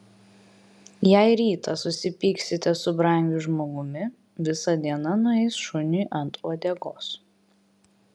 jei rytą susipyksite su brangiu žmogumi visa diena nueis šuniui ant uodegos